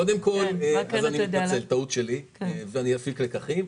קודם כל, אני מתנצל, טעות שלי ואני אפיק לקחים.